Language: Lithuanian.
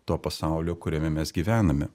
to pasaulio kuriame mes gyvename